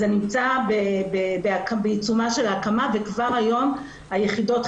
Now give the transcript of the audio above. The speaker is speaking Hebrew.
זה נמצא בעיצומה של ההקמה וכבר היום היחידות,